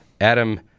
Adam